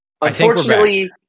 unfortunately